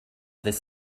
ddydd